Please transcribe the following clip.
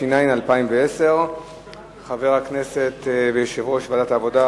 התש"ע 2010. יושב-ראש ועדת העבודה,